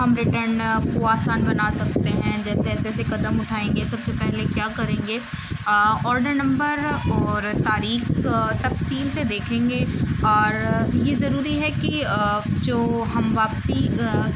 ہم ریٹرن کو آسان بنا سکتے ہیں جیسے ایسے ایسے قدم اٹھائیں گے سب سے پہلے کیا کریں گے آڈر نمبر اور تاریخ تفصیل سے دیکھیں گے اور یہ ضروری ہے کہ جو ہم واپسی